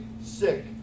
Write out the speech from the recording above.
sick